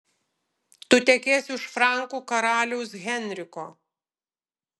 tu tekėsi už frankų karaliaus henriko